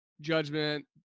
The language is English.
Judgment